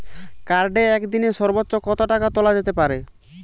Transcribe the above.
কার্ডে একদিনে সর্বোচ্চ কত টাকা তোলা যেতে পারে?